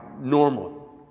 normal